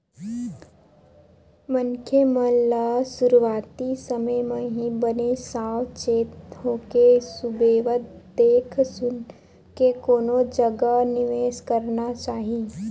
मनखे मन ल सुरुवाती समे म ही बने साव चेत होके सुबेवत देख सुनके कोनो जगा निवेस करना चाही